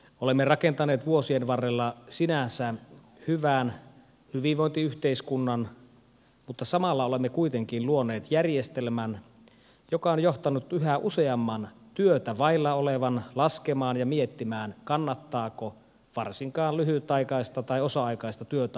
olemme rakentaneet vuosien varrella sinänsä hyvän hyvinvointiyhteiskunnan mutta samalla olemme kuitenkin luoneet järjestelmän joka on johtanut yhä useamman työtä vailla olevan laskemaan ja miettimään kannattaako varsinkaan lyhytaikaista tai osa aikaista työtä ottaa vastaan